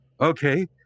okay